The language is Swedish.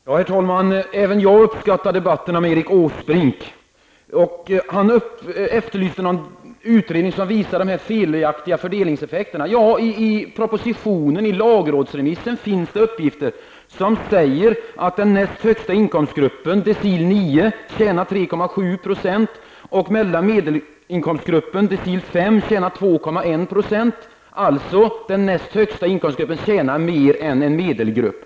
Herr talman! Även jag uppskattade debatten med Erik Åsbrink. Han efterlyste exempel på någon utredning som visade de felaktiga fördelningseffekterna. I propositionen, i lagrådsremissen, finns det uppgifter som säger att den näst högsta inkomstgruppen, decil 9, tjänar 3,7 % och medelninkomstgruppen, decil 5, tjänar 2,1 %. Den näst högsta inkomstgruppen tjänar alltså mer än medelinkomstgruppen.